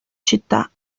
città